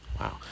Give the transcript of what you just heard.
wow